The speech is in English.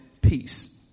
peace